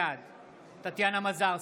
בעד טטיאנה מזרסקי,